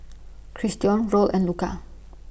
Christion Roll and Luka